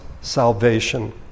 salvation